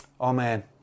Amen